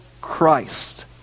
Christ